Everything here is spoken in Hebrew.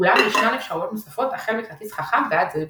אולם ישנן אפשרויות נוספות החל מכרטיס חכם ועד זיהוי ביומטרי.